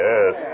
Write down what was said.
Yes